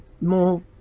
more